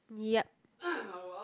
yup